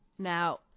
Now